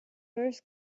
first